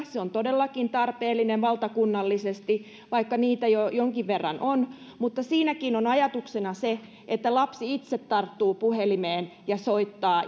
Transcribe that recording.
se on todellakin tarpeellinen valtakunnallisesti vaikka niitä jo jonkin verran on mutta siinäkin on ajatuksena se että lapsi itse tarttuu puhelimeen ja soittaa